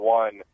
one